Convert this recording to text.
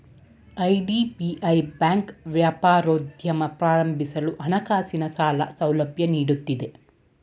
IDBI bank ವ್ಯಾಪಾರೋದ್ಯಮ ಪ್ರಾರಂಭಿಸಲು ಹಣಕಾಸಿನ ಸಾಲ ಸೌಲಭ್ಯ ನೀಡುತ್ತಿದೆ